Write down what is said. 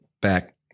back